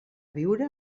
viure